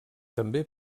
també